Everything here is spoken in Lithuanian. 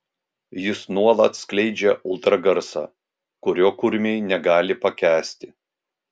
jis nuolat skleidžia ultragarsą kurio kurmiai negali pakęsti